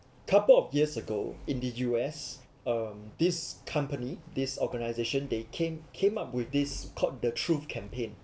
couple of years ago in the U_S um this company this organization they came came up with this called the truth campaign